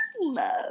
Love